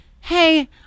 Hey